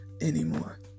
anymore